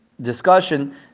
discussion